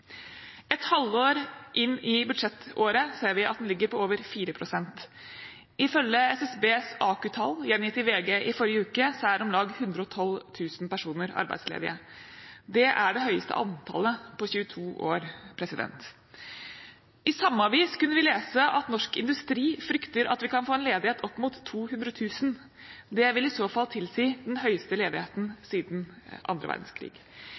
Et halvår inn i budsjettåret ser vi at den ligger på over 4 pst. Ifølge SSBs AKU-tall, gjengitt i VG i forrige måned, er om lag 112 000 personer arbeidsledige. Det er det høyeste antallet på 22 år. I samme avis kunne vi lese at Norsk Industri frykter at vi kan få en ledighet på opp mot 200 000. Det vil i så fall tilsi den høyeste ledigheten siden annen verdenskrig.